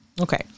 Okay